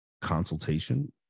consultation